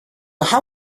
how